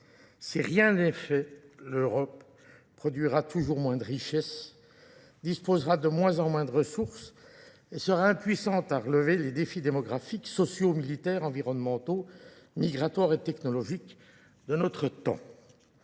Si rien n'est fait, l'Europe produira toujours moins de richesses, disposera de moins en moins de ressources et sera impuissante à relever les défis démographiques, sociaux, militaires, environnementaux, migratoires et technologiques de notre temps.